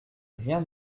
rien